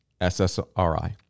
SSRI